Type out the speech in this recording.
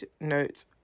notes